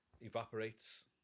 evaporates